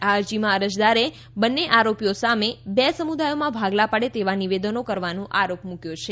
આ અરજીમાં અરજદારે બંન્ને આરોપીઓ સામે બે સમુદાયોમાં ભાગલા પાડે તેવા નિવેદનો કરવાનો આરોપ મૂક્યો છે